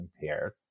impaired